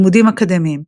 לימודים אקדמיים